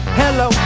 hello